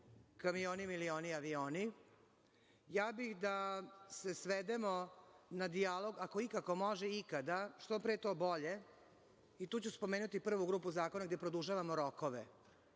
kamioni, milioni, avioni, ja bih da se svedemo na dijalog, ako je ikako može ikada, što pre to bolje, i tu ću spomenuti prvu grupu zakona gde produžavamo rokove. Nema